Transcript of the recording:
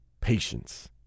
Patience